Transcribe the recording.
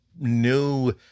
new